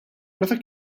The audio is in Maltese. meta